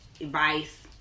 advice